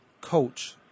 coach